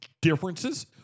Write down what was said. differences